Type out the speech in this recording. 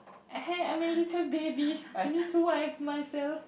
(uh huh) I'm a little baby I need to wipe myself